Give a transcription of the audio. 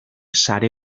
sare